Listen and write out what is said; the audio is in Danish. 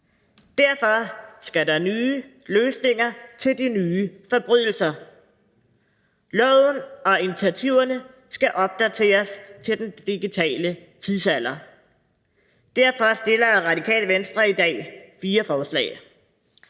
Derfor skal der nye løsninger til de nye forbrydelser. Loven og initiativerne skal opdateres til den digitale tidsalder, og derfor stiller Radikale Venstre i dag fire forslag.